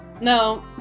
No